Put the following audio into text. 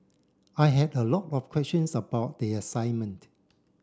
I had a lot of questions about the assignment